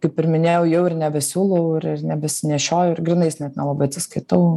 kaip ir minėjau jau ir nebesiūlau ir ir nebesinešioju ir grynais net nelabai atsiskaitau